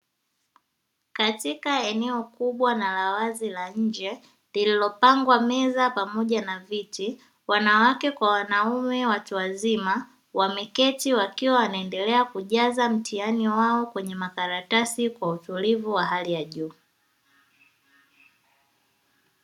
Katika eneo kubwa na la wazi na la nje lilipangwa meza pamoja na viti wanawake kwa wanaume watu wazima wameketi wakiwa wanaendelea kujaza mtihani wao kwenye makaratasi kwa utulivu wa hali ya juu.